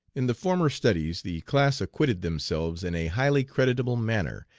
in the former studies the class acquitted themselves in a highly creditable manner,